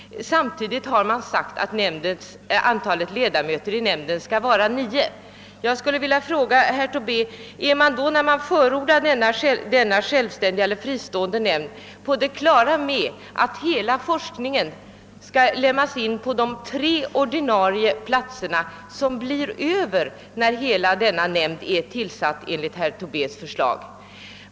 Samtidigt har det uttalats att antalet ledamöter i nämnden skall vara nio. Är man när man förordar en sådan fristående nämnd på det klara med, att hela denna forskning skall inlemmas på tre ordinarie platser, vilka blir över när nämnden har tillsatts enligt herr Tobés förslag?